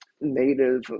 Native